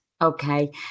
okay